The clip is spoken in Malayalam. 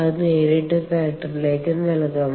അത് നേരിട്ട് ഫാക്ടറിയിലേക്ക് നൽകാം